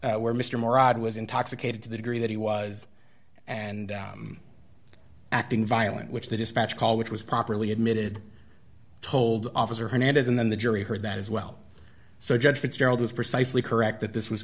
the where mr morag was intoxicated to the degree that he was and acting violent which the dispatch call which was properly admitted told officer hernandez and then the jury heard that as well so judge fitzgerald was precisely correct that this was